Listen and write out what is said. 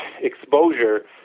exposure